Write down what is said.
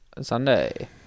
Sunday